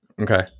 Okay